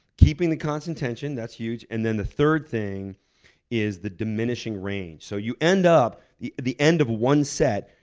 keeping the constant tension, that's huge, and then the third thing is the diminishing range. so you end up the the end of one set,